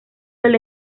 del